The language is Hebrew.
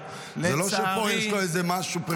זה לא שפה יש לו איזו פריבילגיה.